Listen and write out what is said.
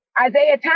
Isaiah